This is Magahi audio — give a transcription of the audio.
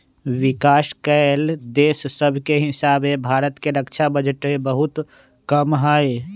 विकास कएल देश सभके हीसाबे भारत के रक्षा बजट बहुते कम हइ